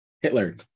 Hitler